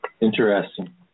Interesting